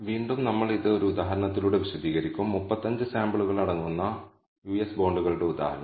ഓർക്കുക ഒരു linear model fit ചെയ്യുന്നതിന്ന് നമ്മൾ വിളിക്കേണ്ട ഫംഗ്ഷനാണ് l n ഇവിടെ നമ്മൾ ഡിപെൻഡന്റ് വേരിയബിൾ മിനിറ്റുകൾ പ്രവചിക്കുന്നു